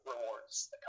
rewards